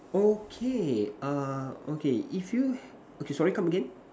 okay ah okay if you ha~ okay sorry come again